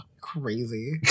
Crazy